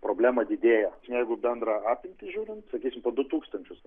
problema didėja jeigu bendrą apimtį žiūrint sakysim po du tūkstančius